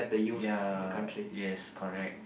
ya yes correct